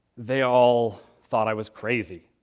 they all thought i was crazy